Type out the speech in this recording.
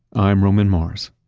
i'm roman mars